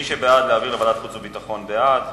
מי שבעד להעביר לוועדת חוץ וביטחון, בעד.